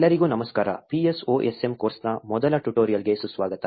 ಎಲ್ಲರಿಗೂ ನಮಸ್ಕಾರ PSOSM ಕೋರ್ಸ್ನ ಮೊದಲ ಟ್ಯುಟೋರಿಯಲ್ಗೆ ಸುಸ್ವಾಗತ